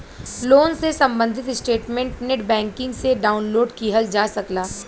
loan से सम्बंधित statement net banking से डाउनलोड किहल जा सकला